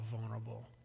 vulnerable